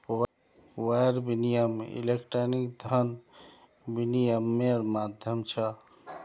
wire विनियम electronic धन विनियम्मेर माध्यम छ